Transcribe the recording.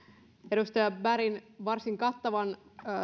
edustaja bergin varsin kattavan